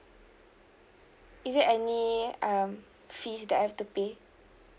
is there any um fees that I have to pay